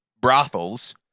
brothels